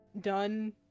done